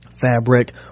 fabric